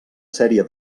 sèrie